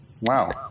Wow